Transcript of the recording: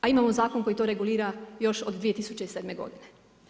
A imamo zakon koji to regulira još od 2007. godine.